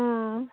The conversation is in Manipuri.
ꯎꯝ